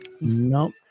nope